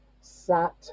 sat